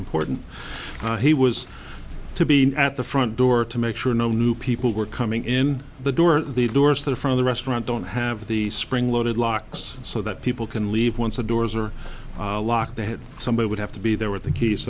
important he was to be at the front door to make sure no new people were coming in the door the doors there from the restaurant don't have the spring loaded locks so that people can leave once the doors are locked they have somebody would have to be there with the